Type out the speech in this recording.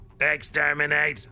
Exterminate